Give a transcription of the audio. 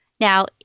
Now